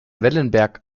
wellenberg